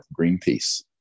Greenpeace